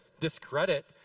discredit